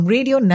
Radio